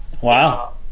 Wow